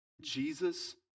Jesus